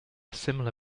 similar